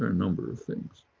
ah number of things.